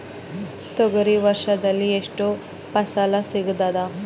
ತೊಗರಿ ವರ್ಷದಲ್ಲಿ ಎಷ್ಟು ಫಸಲ ಸಿಗತದ?